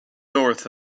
north